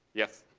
yes?